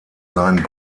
seinen